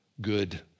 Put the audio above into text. good